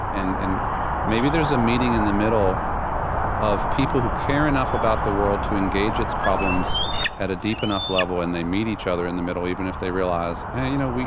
and and maybe there's a meeting in the middle of people who care enough about the world to engage its problems at a deep enough level, and they meet each other in the middle, even if they realize, hey you know,